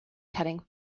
cutting